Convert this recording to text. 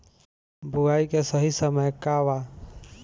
बुआई के सही समय का वा?